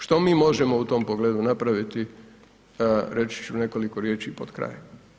Što mi možemo u tom pogledu napraviti reći ću nekoliko riječi potkraj.